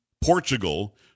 Portugal